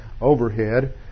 overhead